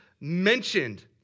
mentioned